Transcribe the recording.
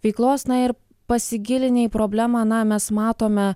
veiklos na ir pasigilinę į problemą na mes matome